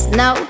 no